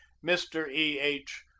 mr. e. h.